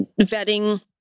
vetting